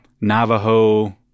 Navajo